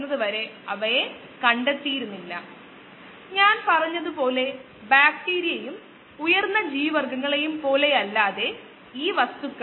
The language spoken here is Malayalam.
dxdtmS0 x x0YxSKSS0 x x0YxSx ഘട്ടം ഘട്ടമായുള്ള പരിഹാരം കാണിക്കാൻ വളരെ സമയമെടുക്കും